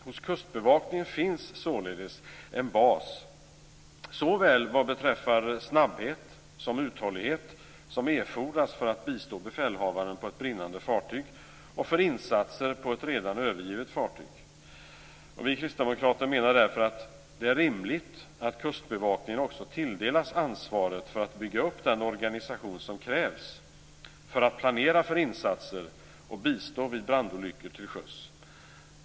Hos Kustbevakningen finns den bas vad beträffar både snabbhet och uthållighet som erfordras för att bistå befälhavaren på ett brinnande fartyg eller för insatser på ett redan övergivet fartyg. Vi Kristdemokrater menar därför att det är rimligt att Kustbevakningen också tilldelas ansvaret för att bygga upp den organisation som krävs för att planera för insatser och bistå vid brandolyckor till sjöss.